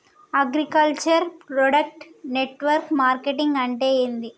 Agriculture product network marketing అంటే ఏంది?